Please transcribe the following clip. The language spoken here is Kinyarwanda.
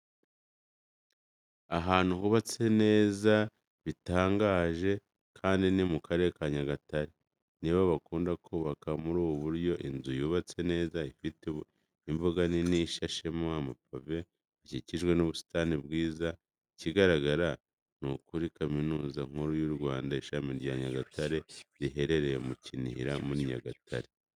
Ahantu hubatse neza bitangaje kandi ni mu Karere ka Nyagatare, ni bo bakunda kubaka muri ubu buryo inzu yubatse neza, ifite imbuga nini ishashemo amapave hakikijwe n'ubusitani bwiza. Ikigaragara ni kuri Kaminuza Nkuru y'u Rwanda, Ishami rya Nyagatare riherereye mu Kinihira muri Nyagatare.